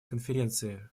конференции